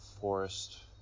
forest